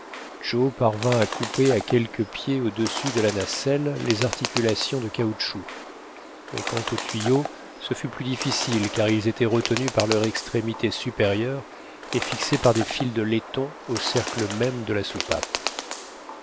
joe parvint à couper à quelques pieds au-dessus de la nacelle les articulations de caoutchouc mais quant aux tuyaux ce fut plus difficile car ils étaient retenus par leur extrémité supérieure et fixés par des fils de laiton au cercle même de la soupape